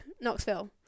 Knoxville